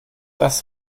das